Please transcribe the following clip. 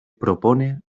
propone